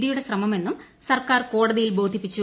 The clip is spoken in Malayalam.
ഡി യുടെ ശ്രമമെന്നും സർക്കാർ കോടതിയിൽ ബോധിപ്പിച്ചു